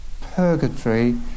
purgatory